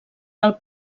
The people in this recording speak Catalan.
del